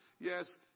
Yes